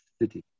city